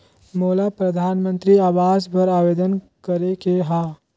मोला परधानमंतरी आवास बर आवेदन करे के हा?